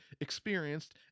experienced